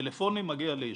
טלפונים מגיע לאישור.